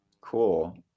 cool